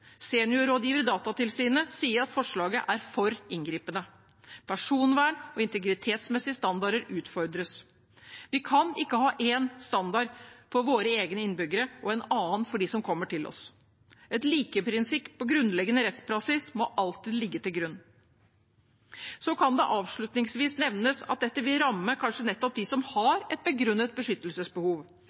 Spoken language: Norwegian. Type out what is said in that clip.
seniorrådgiver i Datatilsynet sier at forslaget er for inngripende. Personvern og integritetsmessige standarder utfordres. Vi kan ikke ha én standard for våre egne innbyggere og en annen for dem som kommer til oss. Et likeprinsipp og grunnleggende rettspraksis må alltid ligge til grunn. Så kan det avslutningsvis nevnes at dette vil ramme kanskje nettopp dem som har et begrunnet beskyttelsesbehov.